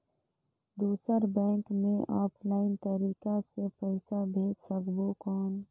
दुसर बैंक मे ऑफलाइन तरीका से पइसा भेज सकबो कौन?